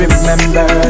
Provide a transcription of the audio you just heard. Remember